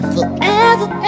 Forever